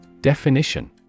Definition